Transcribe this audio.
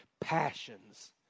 passions